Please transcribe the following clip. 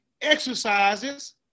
exercises